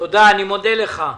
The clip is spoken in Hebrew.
אני מודה לך.